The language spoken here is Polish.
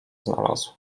znalazł